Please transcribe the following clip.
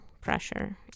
pressure